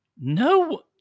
no